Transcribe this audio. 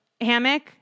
hammock